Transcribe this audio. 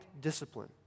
discipline